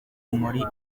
muri